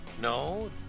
No